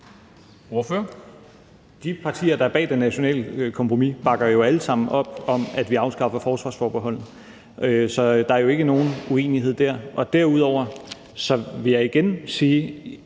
De partier, der er bag det nationale kompromis, bakker jo alle sammen op om, at vi afskaffer forsvarsforbeholdet. Så der er jo ikke nogen uenighed der. Derudover vil jeg igen sige,